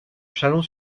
chalon